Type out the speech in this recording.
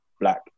black